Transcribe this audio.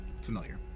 familiar